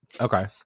Okay